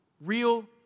Real